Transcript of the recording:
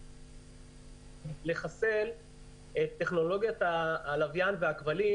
לחסל את טכנולוגיית הלוויין והכבלים,